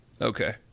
okay